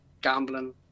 gambling